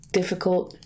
difficult